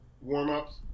warm-ups